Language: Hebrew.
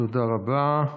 תודה רבה.